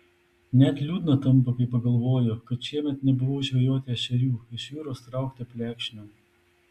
net liūdna tampa kai pagalvoju kad šiemet nebuvau žvejoti ešerių iš jūros traukti plekšnių